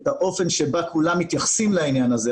את האופן שבו כולם מתייחסים לעניין הזה,